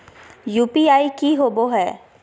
UPI की होबो है?